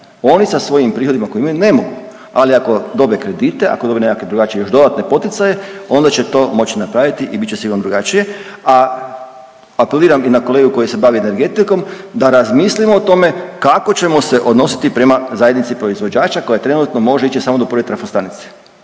Oni sa svojim prihodima koje imaju ne mogu, ali ako dobe kredite ako dobe nekakve drugačije još dodatne poticaje onda će to moći napraviti i bit će sigurno drugačije, a apeliram i na kolegu koji se bavi energetikom da razmislimo o tome kako ćemo se odnositi prema zajednici proizvođača koja trenutno može ići samo do prve trafostanice